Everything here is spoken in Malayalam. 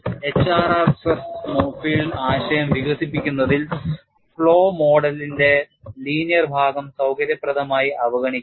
HRR സ്ട്രെസ് ഫീൽഡ് ആശയം വികസിപ്പിക്കുന്നതിൽ ഫ്ലോ മോഡലിന്റെ ലീനിയർ ഭാഗം സൌകര്യപ്രദമായി അവഗണിക്കുന്നു